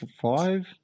five